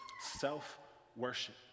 self-worship